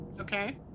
Okay